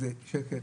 זה שקט,